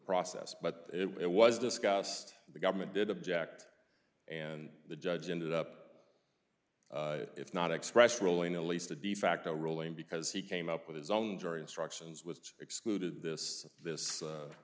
process but it was discussed the government did object and the judge ended up if not expressed rolling a least a de facto ruling because he came up with his own jury instructions which excluded this this